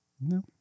No